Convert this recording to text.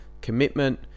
commitment